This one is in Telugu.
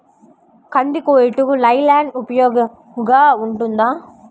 కంది కోయుటకు లై ల్యాండ్ ఉపయోగముగా ఉంటుందా?